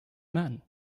man